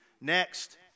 Next